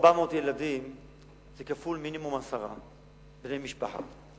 400 ילדים זה כפול מינימום עשרה בני משפחה.